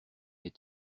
les